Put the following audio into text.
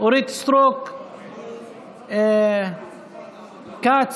אורית סטרוק, כץ,